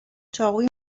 چاقوی